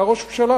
היה ראש הממשלה,